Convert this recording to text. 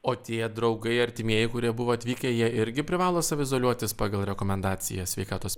o tie draugai artimieji kurie buvo atvykę jie irgi privalo saviizoliuotis pagal rekomendacijas sveikatos